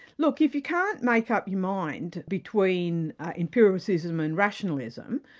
look, if you can't make up your mind between empirialicism and rationalism,